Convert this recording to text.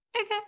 okay